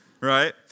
Right